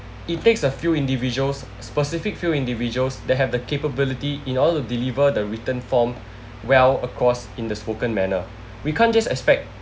it takes a few individuals specific few individuals that have the capability in order to deliver the written form well across in the spoken manner we can't just aspect